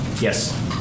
Yes